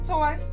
Toy